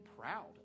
proud